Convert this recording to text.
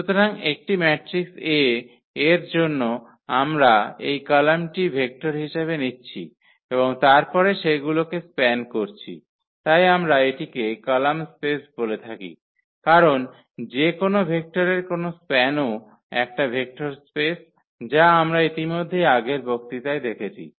সুতরাং একটি matrix A এর জন্য আমরা এই কলামটি ভেক্টর হিসাবে নিচ্ছি এবং তারপরে সেগুলোকে স্প্যান করছি তাই আমরা এটিকে কলাম স্পেস বলে থাকি কারণ যে কোনও ভেক্টরের কোনও স্প্যানও একটা ভেক্টর স্পেস যা আমরা ইতিমধ্যেই আগের বক্তৃতায় দেখেছি